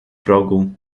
progu